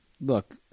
Look